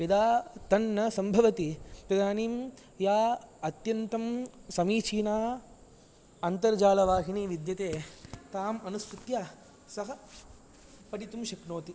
यदा तन्न सम्भवति तदानीं या अत्यन्तं समीचीना अन्तर्जालवाहिनी विद्यते ताम् अनुसृत्य सः पठितुं शक्नोति